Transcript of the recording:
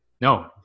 no